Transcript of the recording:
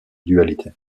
dualité